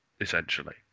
essentially